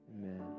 amen